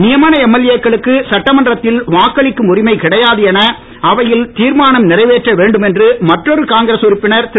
நியமன எம்எல்ஏ க்களுக்கு சட்டமன்றத்தில் வாக்களிக்கும் உரிமை கிடையாது என அவையில் தீர்மானம் நிறைவேற்ற வேண்டும் என்று மற்றொரு காங்கிரஸ் உறுப்பினர் திரு